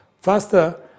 faster